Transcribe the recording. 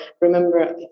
Remember